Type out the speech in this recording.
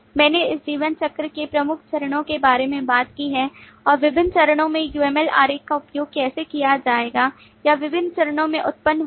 मैंने इस जीवन चक्र के प्रमुख चरणों के बारे में बात की है और विभिन्न चरणों में uml आरेख का उपयोग कैसे किया जाएगा या विभिन्न चरणों में उत्पन्न होगा